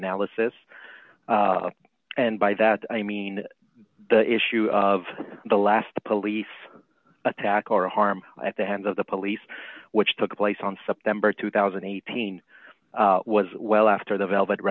analysis and by that i mean the issue of the last police attack or harm at the hands of the police which took place on september two thousand and eighteen was well after the velvet